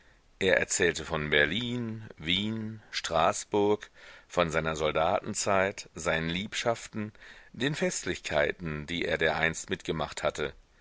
er erzählte von berlin wien straßburg von seiner soldatenzeit seinen liebschaften den festlichkeiten die er dereinst mitgemacht hatte